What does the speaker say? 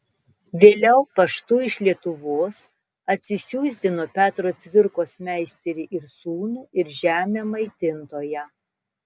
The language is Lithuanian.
vėliau paštu iš lietuvos atsisiųsdino petro cvirkos meisterį ir sūnų ir žemę maitintoją